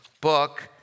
book